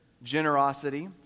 generosity